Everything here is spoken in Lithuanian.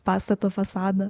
pastato fasadą